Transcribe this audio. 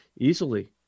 easily